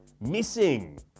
Missing